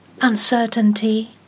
uncertainty